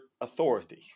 authority